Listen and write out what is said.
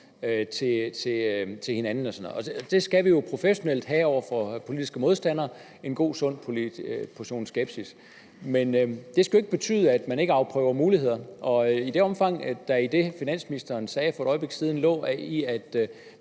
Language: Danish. for hinanden og sådan noget. Det skal vi jo professionelt have over for politiske modstandere, altså en god portion sund skepsis. Men det skal jo ikke betyde, at man ikke afprøver muligheder, og hvis der i det, som finansministeren for et øjeblik siden sagde,